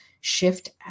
SHIFT